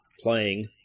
playing